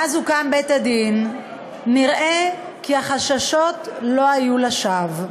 מאז הוקם בית-הדין נראה כי החששות לא היו לשווא.